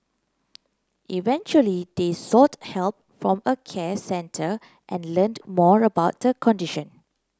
eventually they sought help from a care centre and learnt more about the condition